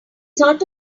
sort